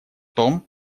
том